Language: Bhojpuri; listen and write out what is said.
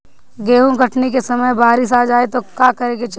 गेहुँ कटनी के समय बारीस आ जाए तो का करे के चाही?